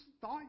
thought